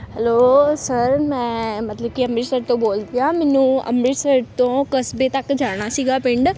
hello sir ਮੈਂ ਮਤਲਬ ਕਿ ਅੰਮ੍ਰਿਤਸਰ ਤੋਂ ਬੋਲਦੀ ਹਾਂ ਮੈਨੂੰ ਅੰਮ੍ਰਿਤਸਰ ਤੋਂ ਕਸਬੇ ਤੱਕ ਜਾਣਾ ਸੀਗਾ ਪਿੰਡ